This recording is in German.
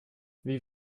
wie